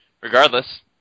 regardless